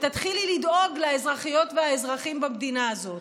ותתחילי לדאוג לאזרחיות והאזרחים במדינה הזאת?